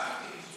עניתי לך.